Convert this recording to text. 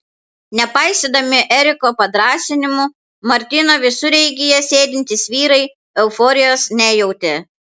nepaisydami eriko padrąsinimų martino visureigyje sėdintys vyrai euforijos nejautė